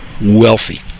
wealthy